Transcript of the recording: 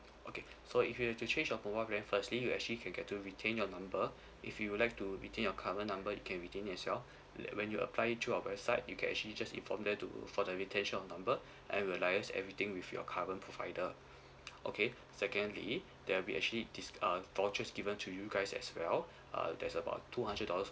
okay so if you were to change your mobile plan first then you actually get to retain your number if you would like to retain your current number you can retain as well when you apply it through our website you can actually just inform them to for the retention of number and we will liaise everything with your current provider okay secondly there will be actually dis~ uh vouchers given to you guys as well uh that's about two hundred dollars